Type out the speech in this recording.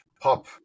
pop